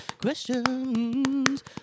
Questions